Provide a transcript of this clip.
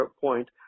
point –